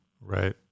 Right